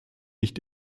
nicht